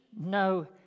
no